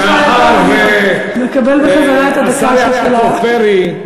סליחה, אתה מקבל בחזרה את הדקה של הרומנטיקה.